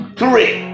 three